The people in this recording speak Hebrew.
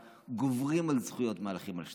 גוברות על זכויות המהלכים על שתיים?